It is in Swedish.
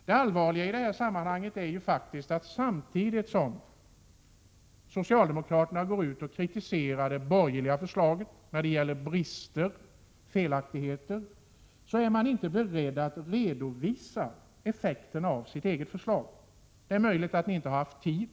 Det är allvarligt att socialdemokraterna, samtidigt som de går ut och kritiserar det borgerliga förslaget för brister och felaktigheter, inte är beredda att redovisa effekterna av sitt eget förslag. Det är möjligt att ni inte har haft tid.